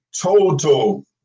total